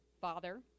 father